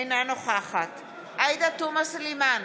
אינה נוכחת עאידה תומא סלימאן,